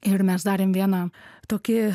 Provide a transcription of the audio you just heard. ir mes darėm vieną tokį